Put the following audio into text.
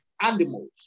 Animals